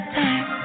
time